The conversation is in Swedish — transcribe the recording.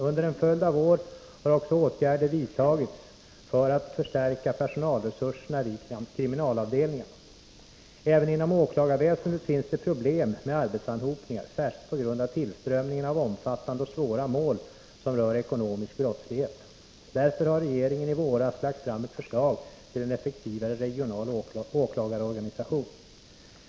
Under en följd av år har också åtgärder vidtagits för att förstärka personalresurserna vid kriminalavdelningarna. Även inom åklagarväsendet finns det problem med arbetsanhopningar, särskilt på grund av tillströmningen av omfattande och svåra mål som rör ekonomisk brottslighet. Därför har regeringen i våras lagt fram ett förslag till en effektivare regional åklagarorganisation.